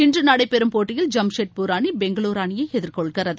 இன்று நடைபெறும் போட்டியில் ஜாம்ஷெட்பூர் அணி பெங்களூரு அணியை எதிர்கொள்கிறது